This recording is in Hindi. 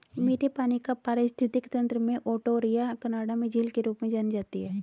मीठे पानी का पारिस्थितिकी तंत्र में ओंटारियो कनाडा में झील के रूप में जानी जाती है